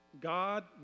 God